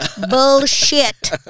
bullshit